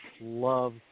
love